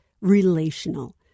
relational